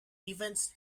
events